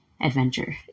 adventure